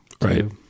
Right